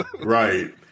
right